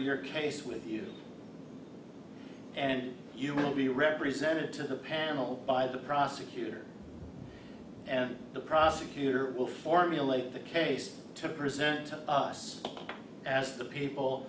your case with you and you will be represented to the panel by the prosecutor and the prosecutor will formulate the case to present to us as the people